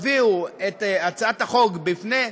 הביאו את הצעת החוק בפני הכנסת.